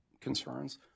concerns